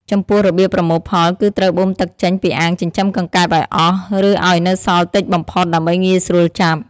ចំពោះរបៀបប្រមូលផល គឺត្រូវបូមទឹកចេញពីអាងចិញ្ចឹមកង្កែបឲ្យអស់ ឬឲ្យនៅសល់តិចបំផុតដើម្បីងាយស្រួលចាប់។